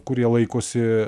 kurie laikosi